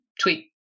tweet